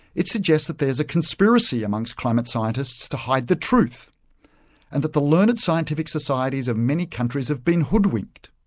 it suggests that there is a conspiracy amongst climate scientists to hide the truth and that the learned scientific societies of many countries have been hoodwinked.